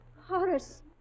Horace